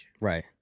Right